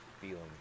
feeling